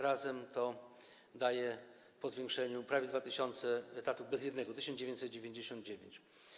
Razem to daje po zwiększeniu prawie 2 tys. etatów bez jednego, 1999.